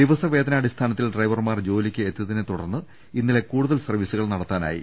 ദിവസ വേതനാടിസ്ഥാനത്തിൽ ഡ്രൈവർമാർ ജോലിക്ക് എത്തിയ തിനെത്തുടർന്ന് ഇന്നലെ കൂടുതൽ സർവ്വീസുകൾ നടത്താ നായി